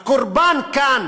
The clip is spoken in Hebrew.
הקורבן כאן